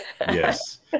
Yes